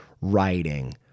writing